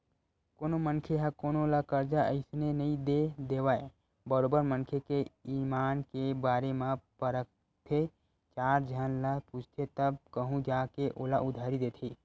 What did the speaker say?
कोनो मनखे ह कोनो ल करजा अइसने नइ दे देवय बरोबर मनखे के ईमान के बारे म परखथे चार झन ल पूछथे तब कहूँ जा के ओला उधारी देथे